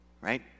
Right